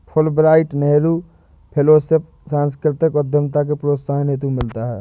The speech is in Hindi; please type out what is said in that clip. फुलब्राइट नेहरू फैलोशिप सांस्कृतिक उद्यमिता के प्रोत्साहन हेतु मिलता है